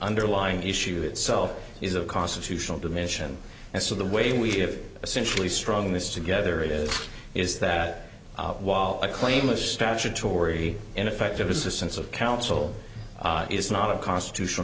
underlying issue itself is a constitutional dimension and so the way we have essentially strong this together is is that while a claim of statutory ineffective assistance of counsel is not a constitutional